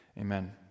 Amen